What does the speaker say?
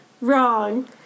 wrong